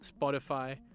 Spotify